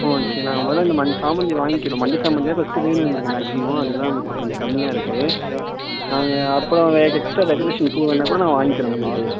okay நாங்கள் முதல்ல இந்த மஞ்சள் சாமந்தி வாங்கிக்கிறோம் மஞ்சள் சாமந்தி தான் ஃபர்ஸ்ட் வேணும் எங்களுக்கு மேக்சிமம் அது தான் இப்போ கொஞ்சம் கம்மியாக இருக்குது நாங்கள் அப்புறம் எக்ஸ்ட்ரா டெக்கரேஷன் பூ வேணும்னா கூட நான் வாங்கிக்கிறோம் உங்கள்ட்டையே